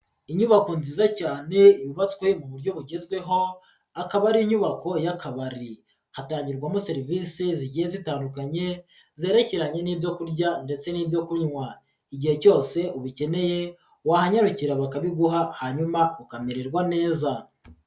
Inyubako nziza cyane yubatswe mu buryo bugezweho akaba ari inyubako y'akabari, hatangirwamo serivisi zigiye zitandukanye zerekeranye n'ibyo kurya ndetse n'ibyo kunywa, igihe cyose ubikeneye wahanyarukira bakabiguha hanyuma ukamererwa neza.